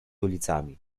ulicami